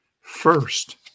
First